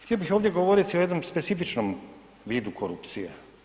Htio bih ovdje govoriti o jednom specifičnom vidu korupcije.